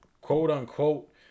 quote-unquote